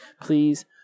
please